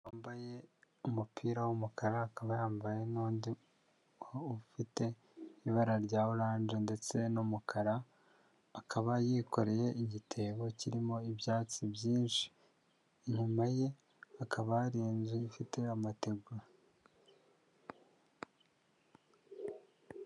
Umugabo wambaye umupira w'umukara, akaba yambaye n'undi ufite ibara rya oranje ndetse n'umukara, akaba yikoreye igitebo kirimo ibyatsi byinshi, inyuma ye hakaba hari inzu ifite amategura.